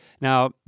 Now